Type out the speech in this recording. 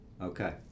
Okay